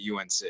UNC